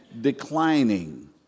declining